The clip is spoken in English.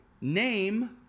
name